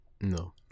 No